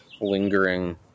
lingering